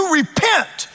repent